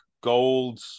gold